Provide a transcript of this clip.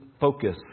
focus